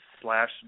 slash